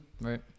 Right